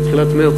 בתחילת מרס,